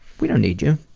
we don't need you.